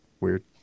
Weird